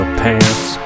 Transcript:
pants